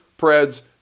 Preds